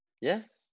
Yes